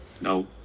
No